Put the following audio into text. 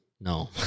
No